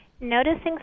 Noticing